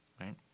right